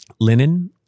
linen